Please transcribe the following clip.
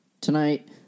Tonight